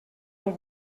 del